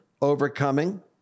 overcoming